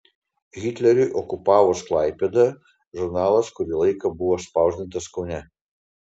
hitleriui okupavus klaipėdą žurnalas kurį laiką buvo spausdintas kaune